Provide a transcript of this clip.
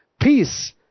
Peace